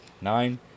Nine